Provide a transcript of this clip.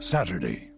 Saturday